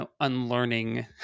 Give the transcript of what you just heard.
unlearning